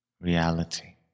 reality